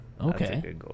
Okay